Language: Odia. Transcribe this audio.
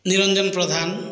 ନିରଞ୍ଜନ ପ୍ରଧାନ